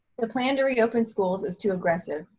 the plan to reopen schools is too aggressive.